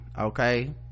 okay